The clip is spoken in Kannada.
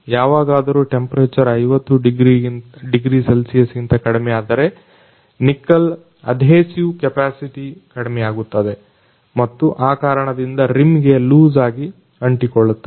ಯಾವಾಗಾದರು ತಾಪಮಾನ 50ಡಿಗ್ರಿ ಸೆಲ್ಸಿಯಸ್ಗಿಂತ ಕಡಿಮೆಯಾದರೆ ನಿಕ್ಕಲ್ನ ಅಡ್ಹೆಸಿವ್ ಕ್ಯಪಾಸಿಟಿ ಕಡಿಮೆಯಾಗುತ್ತದೆ ಮತ್ತು ಆ ಕಾರಣದಿಂದ ರಿಮ್ಗೆ ಲೂಸ್ ಆಗಿ ಅಂಟಿಕೊಳ್ಳುತ್ತದೆ